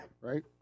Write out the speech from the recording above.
right